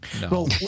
no